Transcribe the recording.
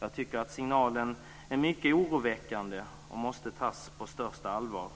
Jag tycker att signalen är mycket oroväckande och måste tas på största allvar.